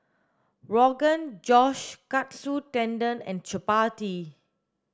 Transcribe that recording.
Rogan Josh Katsu Tendon and Chapati